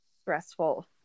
stressful